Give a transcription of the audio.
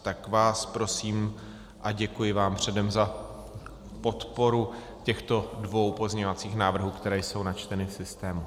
Tak vás prosím a děkuji vám předem za podporu těchto dvou pozměňovacích návrhů, které jsou načteny v systému.